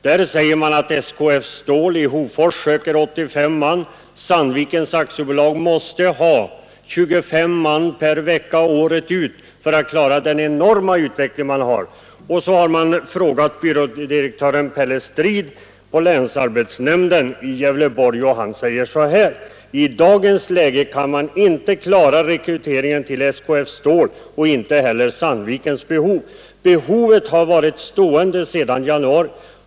Där står det bl.a. att SKF Stål i Hofors söker 85 man, och Sandviken måste ha 25 man per vecka året ut för att klara den enorma utveckling man där har. Vidare har tidningen frågat byrådirektör Pelle Strid på länsarbetsnämnden i Gävleborg, och han säger så här: ”I dagens läge kan man inte heller klara rekryteringen till SKF Stål och inte heller Sandviks behov.” Tidningen skriver vidare: ”Behovet har varit stående sedan januari.